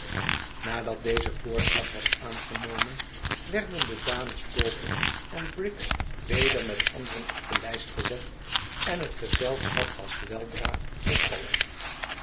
boz voorslag was aangenomen werden de dames taunton en briggs weder met anderen op de tyst gezet en het gezelschap was weldra voltallig